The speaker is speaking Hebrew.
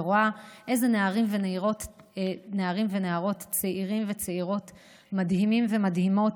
ורואה נערים ונערות צעירים וצעירות מדהימים ומדהימות,